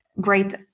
great